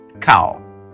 cow